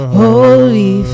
Holy